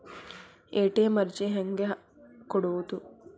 ATM ಅರ್ಜಿ ಹೆಂಗೆ ಕೊಡುವುದು?